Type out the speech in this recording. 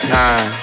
time